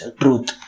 truth